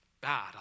bad